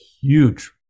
huge